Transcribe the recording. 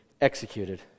executed